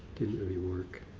didn't really work.